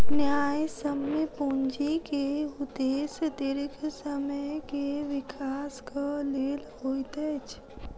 न्यायसम्य पूंजी के उदेश्य दीर्घ समय के विकासक लेल होइत अछि